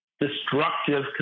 destructive